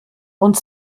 uns